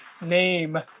name